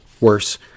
worse